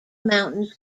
mountains